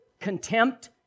contempt